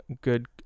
good